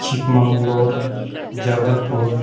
Chikmagalur Jabalpur